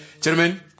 Gentlemen